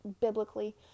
biblically